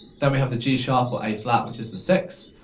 then we have the g sharp ah a flat, which is the sixth,